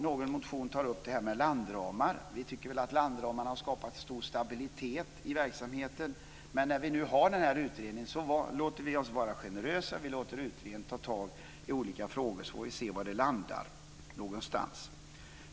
Någon motion berör landramar. Vi tycker att landramarna har skapat stor stabilitet i verksamheten, men eftersom vi nu har denna utredning är vi generösa och låter den ta tag i olika frågor, så får vi se var det landar någonstans.